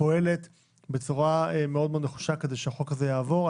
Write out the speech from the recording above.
פועלת בצורה מאוד נחושה כדי שהחוק הזה יעבור.